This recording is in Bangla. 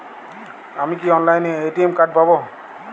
আমি কি অনলাইনে এ.টি.এম কার্ড পাব?